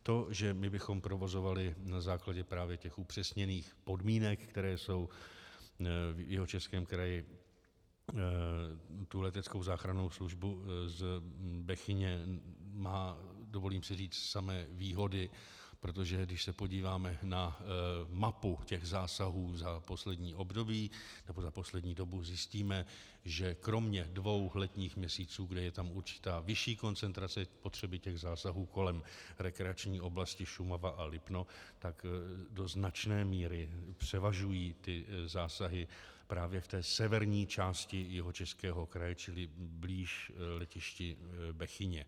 To, že my bychom provozovali na základě upřesněných podmínek, které jsou v Jihočeském kraji, leteckou záchrannou službu z Bechyně, má, dovolím si říci, samé výhody, protože když se podíváme na mapu zásahů za poslední období nebo za poslední dobu, zjistíme, že kromě dvou letních měsíců, kdy je tam vyšší koncentrace potřeby zásahů kolem rekreační oblasti Šumava a Lipno, tak do značné míry převažují zásahy právě v severní části Jihočeského kraje, čili blíže letišti Bechyně.